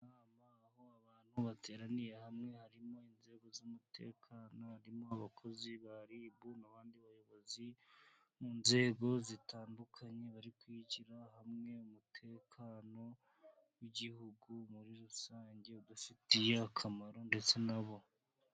Aho abantu bateraniye, hamwe harimo inzego z'umutekano, harimo abakozi ba RIB n'abandi bayobozi mu nzego zitandukanye, bari kwishyira hamwe umutekano w'igihugu muri rusange udufitiye akamaro ndetse na bo.